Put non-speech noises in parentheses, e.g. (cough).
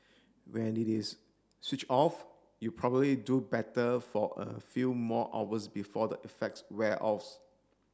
when it is switch off you probably do better for a few more hours before the effects wear (unintelligible)